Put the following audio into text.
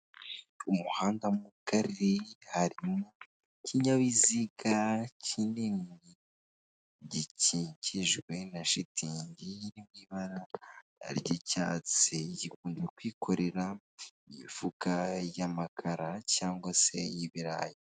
Umuhanda mugari harimo kinyabiziga kinini gikikijwe na shitingi y'ibara ry'icyatsi gikunze kwikorera ifuka ry'amakara cyangwa se y'ibirayi.